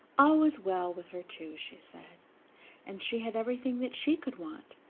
all was well with her too, she said and she had everything that she could want.